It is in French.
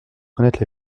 connaître